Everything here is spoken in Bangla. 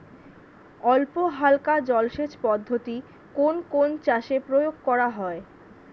অল্পহালকা জলসেচ পদ্ধতি কোন কোন চাষে প্রয়োগ করা হয়?